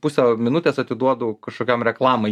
pusę minutės atiduodu kažkokiam reklamai